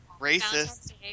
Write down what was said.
Racist